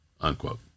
unquote